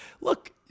look